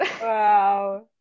Wow